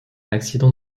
accident